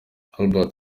albert